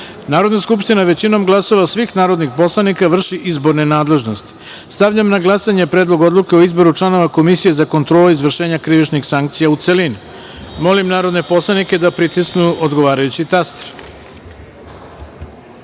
Narodna skupština, većinom glasova svih narodnih poslanika, vrši izborne nadležnosti. Stavljam na glasanje Predlog odluke o izboru članova Komisije za kontrolu izvršenja krivičnih sankcija, u celini. Molim narodne poslanike da pritisnu odgovarajući